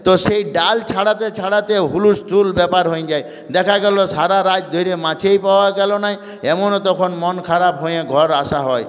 তো সেই ডাল ছাড়াতে ছাড়াতে হুলুস্থুল ব্যাপার হয়ে যায় দেখা গেল সারা রাত ধরে মাছই পাওয়া গেল না এমনও তখন মন খারাপ হয়ে ঘর আসা হয়